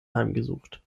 heimgesucht